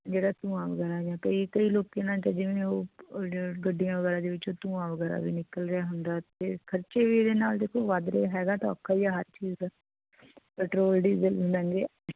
ਜਿਹੜਾ ਧੂੰਆ ਵਗੈਰਾ ਜਾਂ ਕਈ ਕਈ ਲੋਕੀ ਨਾ ਤਾਂ ਜਿਵੇਂ ਉਹ ਗੱਡੀਆਂ ਵਗੈਰਾ ਦੇ ਵਿੱਚੋਂ ਧੂੰਆ ਵਗੈਰਾ ਵੀ ਨਿਕਲ ਰਿਹਾ ਹੁੰਦਾ ਅਤੇ ਖਰਚੇ ਵੀ ਇਹਦੇ ਨਾਲ ਦੇਖੋ ਵੱਧ ਰਹੇ ਹੈਗਾ ਤਾਂ ਔਖਾ ਹੀ ਆ ਹਰ ਚੀਜ਼ ਦਾ ਪੈਟਰੋਲ ਡੀਜ਼ਲ ਮਹਿੰਗੇ